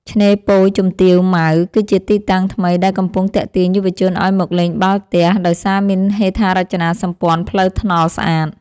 ឆ្នេរពយជំទាវម៉ៅគឺជាទីតាំងថ្មីដែលកំពុងទាក់ទាញយុវជនឱ្យមកលេងបាល់ទះ ដោយសារមានហេដ្ឋារចនាសម្ព័ន្ធផ្លូវថ្នល់ស្អាត។